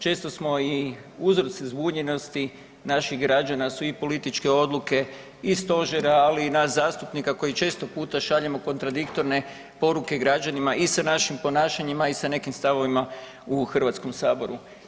Često smo i uzroci zbunjenosti naših građana su i političke odluke i stožera, ali i nas zastupnika koji često puta šaljemo kontradiktorne poruke građanima i sa našim ponašanjima i sa nekim stavovima u Hrvatskom saboru.